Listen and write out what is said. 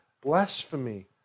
blasphemy